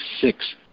six